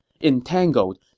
entangled